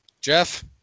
Jeff